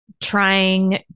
trying